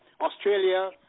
Australia